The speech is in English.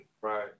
right